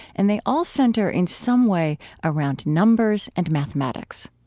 and they all center in some way around numbers and mathematics